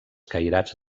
cairats